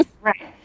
Right